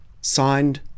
signed